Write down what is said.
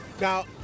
Now